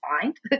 find